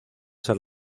ser